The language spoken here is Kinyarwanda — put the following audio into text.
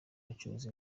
acuruza